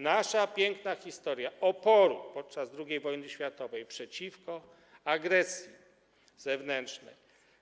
Nasza piękna historia oporu podczas II wojny światowej przeciwko agresji zewnętrznej